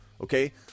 okay